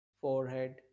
forehead